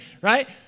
right